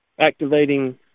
activating